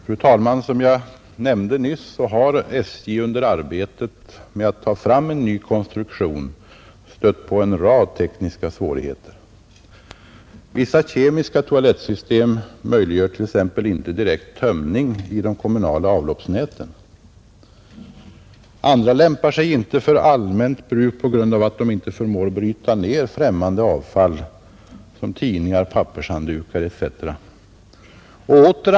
Fru talman! Som jag nämnde nyss har SJ under arbetet med att få fram en ny konstruktion av tågtoaletter stött på en rad tekniska svårigheter. Vissa kemiska toalettsystem möjliggör t.ex. inte direkt tömning i de kommunala avloppsnäten. Andra lämpar sig inte för allmänt bruk på grund av att de inte förmår bryta ned främmande avfall som tidningar, pappershanddukar etc.